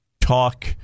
talk